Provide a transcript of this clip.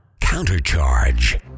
Countercharge